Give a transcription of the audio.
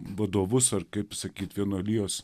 vadovus ar kaip sakyti vienuolijos